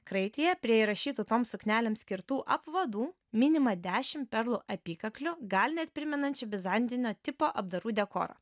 kraityje prie įrašytų tom suknelėm skirtų apvadų minima dešim perlų apykaklių gal net primenančių bizantinio tipo apdarų dekorą